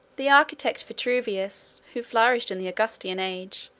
the architect vitruvius, who flourished in the augustan age,